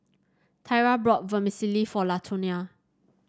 Tyra brought Vermicelli for Latonia